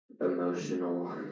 emotional